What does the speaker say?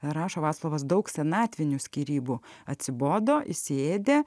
rašo vaclovas daug senatvinių skyrybų atsibodo įsiėdė